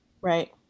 Right